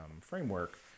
framework